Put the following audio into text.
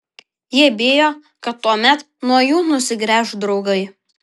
jie bijo kad tuomet nuo jų nusigręš draugai